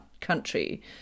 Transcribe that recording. country